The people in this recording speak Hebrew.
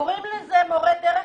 קוראים לזה "מורה דרך